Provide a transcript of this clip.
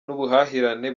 n’ubuhahirane